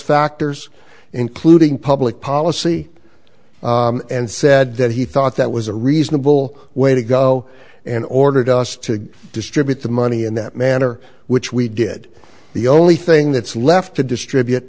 factors including public policy and said that he thought that was a reasonable way to go and ordered us to distribute the money in that manner which we did the only thing that's left to distribute